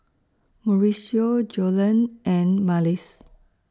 Mauricio Joellen and Marlys